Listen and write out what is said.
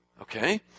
Okay